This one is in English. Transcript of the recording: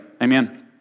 Amen